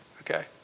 Okay